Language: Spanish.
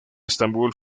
estambul